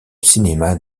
cinéma